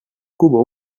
cubo